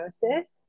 diagnosis